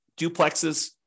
duplexes